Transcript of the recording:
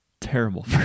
terrible